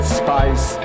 spice